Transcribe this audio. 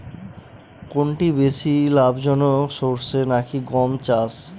কোনটি বেশি লাভজনক সরষে নাকি গম চাষ?